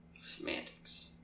semantics